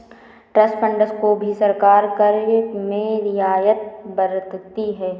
trust funds को भी सरकार कर में रियायत बरतती है